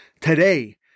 Today